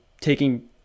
taking